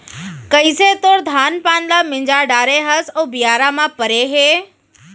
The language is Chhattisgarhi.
कइसे तोर धान पान ल मिंजा डारे हस अउ बियारा म परे हे